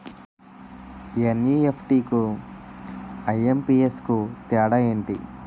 NEFT కు IMPS కు తేడా ఎంటి?